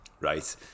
Right